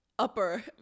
upper